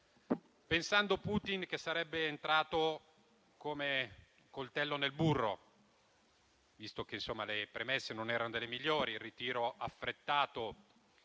pensando Putin che sarebbe entrato come un coltello nel burro, visto che le premesse non erano delle migliori, con il ritiro affrettato